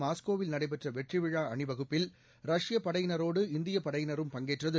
மாஸ்கோவில் நடைபெற்ற வெற்றிவிழா அணிவகுப்பில் ரஷ்யப் படையினரோடு இந்தியப் படையினரும் பங்கேற்றது